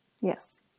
Yes